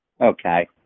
Okay